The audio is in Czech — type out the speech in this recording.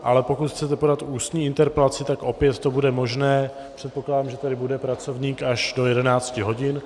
Ale pokud chcete podat ústní interpelaci, tak opět to bude možné, předpokládám, že tady bude pracovník až do 11 hodin.